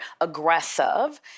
aggressive